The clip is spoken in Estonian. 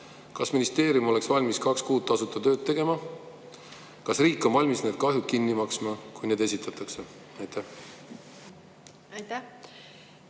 Kas ministeerium oleks valmis kaks kuud tasuta tööd tegema? Kas riik on valmis need kahjud kinni maksma, kui need nõuded esitatakse? Suur